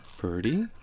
Birdie